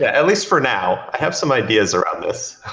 ah at least for now. i have some ideas around this.